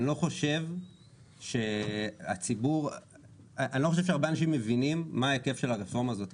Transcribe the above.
אני לא חושב שהרבה אנשים מבינים מה ההיקף של הרפורמה הזאת.